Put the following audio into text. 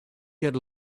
get